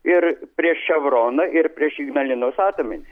ir prieš ševroną ir prieš ignalinos atominę